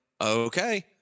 okay